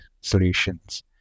solutions